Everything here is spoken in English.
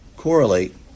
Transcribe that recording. correlate